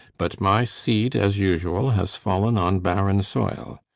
but my seed, as usual, has fallen on barren soil.